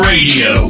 Radio